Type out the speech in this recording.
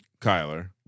Kyler